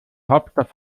hauptstadt